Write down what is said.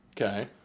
Okay